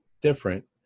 different